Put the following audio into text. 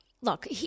Look